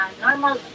normal